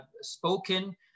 spoken